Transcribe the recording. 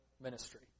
ministry